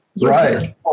Right